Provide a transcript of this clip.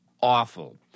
awful